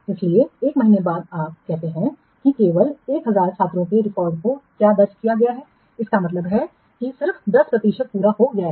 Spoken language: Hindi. इसलिए 1 महीने के बाद आप कहते हैं कि केवल 1000 छात्रों के रिकॉर्ड में क्या दर्ज किया गया है इसका मतलब है 10 प्रतिशत पूरा हो गया है